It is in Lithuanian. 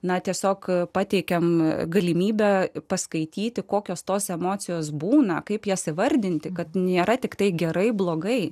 na tiesiog pateikėme galimybę paskaityti kokios tos emocijos būna kaip jas įvardinti kad nėra tiktai gerai blogai